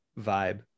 vibe